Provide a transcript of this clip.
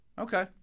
Okay